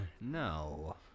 No